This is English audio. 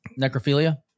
Necrophilia